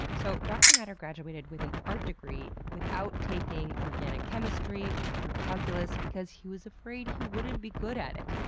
so dr. natter graduated with an art degree, without taking organic chemistry or calculus because he was afraid he wouldn't be good at it.